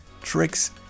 tricks